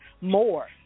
more